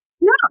No